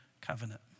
covenant